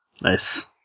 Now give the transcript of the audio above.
Nice